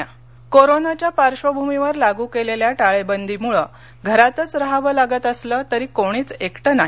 पंतप्रधान कोरोनाच्या पार्श्वभूमीवर लागू केलेल्या टाळेबंदीमुळं घरातच रहावं लागत असलं तरी कोणीच एकटं नाही